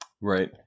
Right